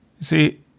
See